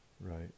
right